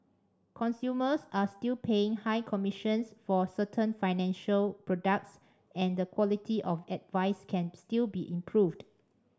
consumers are still paying high commissions for certain financial products and the quality of advice can still be improved